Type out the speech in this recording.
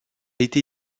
été